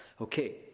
Okay